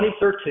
2013